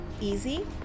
easy